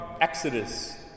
Exodus